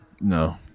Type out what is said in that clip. No